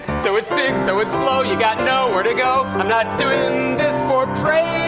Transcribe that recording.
so it's big, so it's slow. you've got nowhere to go. i'm not doing this for praise.